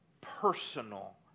personal